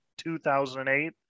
2008